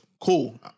Cool